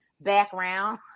background